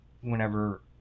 whenever